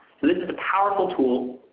so this is a powerful tool.